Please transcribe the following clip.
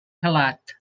calat